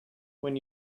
when